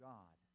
God